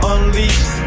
Unleashed